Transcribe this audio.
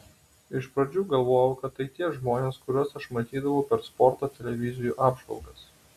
iš pradžių galvojau kad tai tie žmonės kuriuos aš matydavau per sporto televizijų apžvalgas